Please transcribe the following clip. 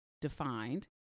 defined